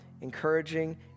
encouraging